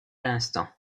l’instant